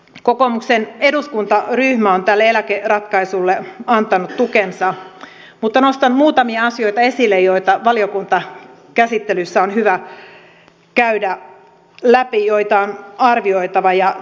kokoomuksen eduskuntaryhmä on tälle eläkeratkaisulle antanut tukensa mutta nostan esille muutamia asioita joita valiokuntakäsittelyssä on hyvä käydä läpi joita on arvioitava ja tarkasteltava